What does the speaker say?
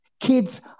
Kids